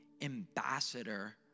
ambassador